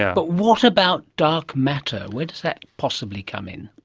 but what about dark matter? where that possibly come in?